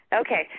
Okay